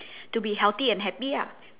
to be healthy and happy lah